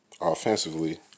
offensively